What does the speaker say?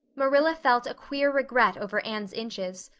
marilla felt a queer regret over anne's inches.